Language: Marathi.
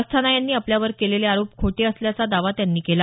अस्थाना यांनी आपल्यावर केलेले आरोप खोटे असल्याचा दावा त्यांनी केला